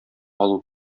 алу